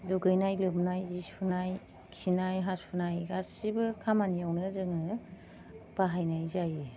दुगैनाय लोबनाय जि सुनाय खिनाय हासुनाय गासिबो खामानियावनो जोङो बाहायनाय जायो